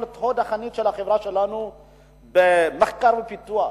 חוד החנית של החברה שלנו במחקר ופיתוח,